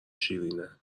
شیرینه